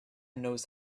knows